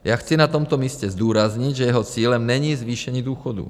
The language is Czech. Já chci na tomto místě zdůraznit, že jeho cílem není zvýšení důchodů.